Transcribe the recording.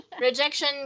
Rejection